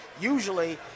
Usually